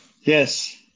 Yes